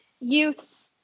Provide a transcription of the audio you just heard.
youths